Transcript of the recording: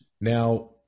Now